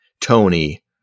Tony